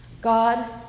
God